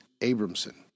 Abramson